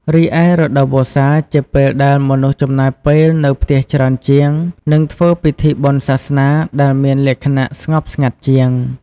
រីឯរដូវវស្សាជាពេលដែលមនុស្សចំណាយពេលនៅផ្ទះច្រើនជាង និងធ្វើពិធីបុណ្យសាសនាដែលមានលក្ខណៈស្ងប់ស្ងាត់ជាង។